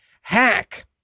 Hack